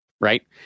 right